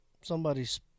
somebody's